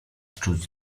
czuć